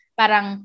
parang